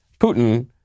Putin